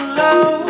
love